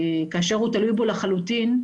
כאשר הוא תלוי בו כמעט לחלוטין,